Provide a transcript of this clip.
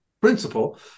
principle